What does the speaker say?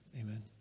amen